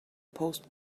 post